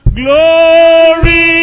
glory